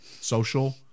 social